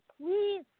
Please